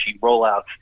rollouts